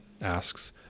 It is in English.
asks